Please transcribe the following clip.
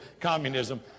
communism